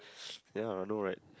ya I know right